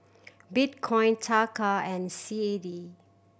Bitcoin Taka and C A D